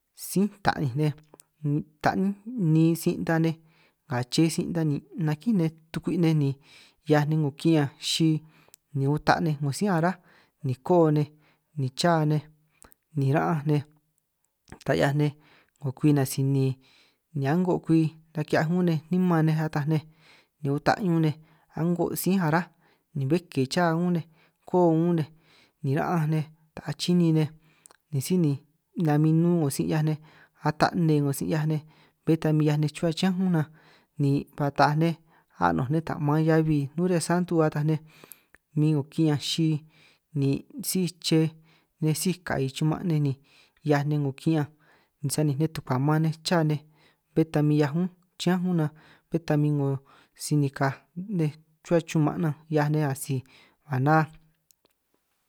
Sí ta'ninj nej ta' nni sin' ta nej nga chej sin' ta ni nakín nej tukwi' nej ni 'hiaj nej 'ngo ki'ñanj xij, ni uta' nej 'ngo sí ará ni koo' nej ni cha nej ni ra'anj nej, ta 'hiaj nej 'ngo kwi nasinin ni a'ngo kwi naki'hiaj ñún nej niman nej ataj nej, ni uta' ñún nej a'ngo si ará ni bé ke chá ñún nej ko'o ñún nej ni ra'anj nej ta achini nej, ni síj ni namin nnún 'ngo sin' 'hiaj nej ata' nne 'ngo sin' 'hiaj nej bé ta min 'hiaj nej chuhua chiñán únj nanj, ni ba taaj nej a'nunj nej ta maan hia heabi nobresantu ataj nej min 'ngo ki'ñanj xij, ni síj chej nej síj ka'i chuman' nej ni 'hiaj nej 'ngo ki'ñanj sani nej tukua maan nej cha nej bé ta min 'hiaj ñúnj, chiñánj ún nan bé ta min 'ngo si nikaj nej chuhua chuman' 'hiaj nej asij a ná.